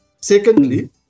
Secondly